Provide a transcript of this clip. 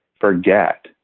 forget